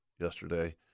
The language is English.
yesterday